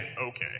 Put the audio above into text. Okay